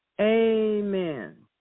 Amen